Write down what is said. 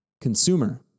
Consumer